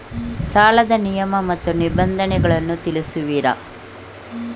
ಸಾಲದ ನಿಯಮ ಮತ್ತು ನಿಬಂಧನೆಗಳನ್ನು ತಿಳಿಸುವಿರಾ?